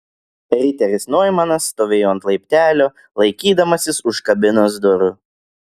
riteris noimanas stovėjo ant laiptelio laikydamasis už kabinos durų